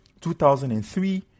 2003